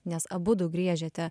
nes abudu griežiate